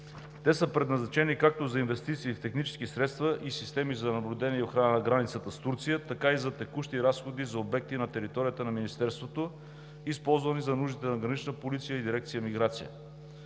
Те са предназначени както за инвестиции в технически средства и системи за наблюдение и охрана на границата с Турция, така и за текущи разходи за обекти на територията на Министерството, използвани за нуждите на Гранична полиция и Дирекция „Миграция“.